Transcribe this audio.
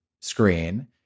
screen